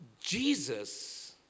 Jesus